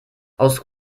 aus